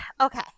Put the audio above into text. Okay